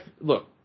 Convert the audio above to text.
look